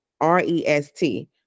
R-E-S-T